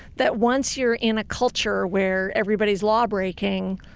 that once you're in a culture where everybody's law breaking,